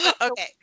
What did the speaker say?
okay